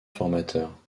formateur